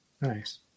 Nice